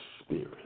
spirit